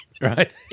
right